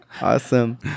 Awesome